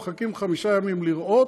אנחנו מחכים חמישה ימים לראות,